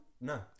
No